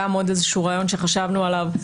גם עוד איזשהו רעיון שחשבנו עליו,